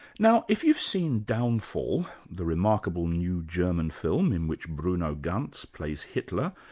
now, if you've seen downfall, the remarkable new german film in which bruno ganz plays hitler,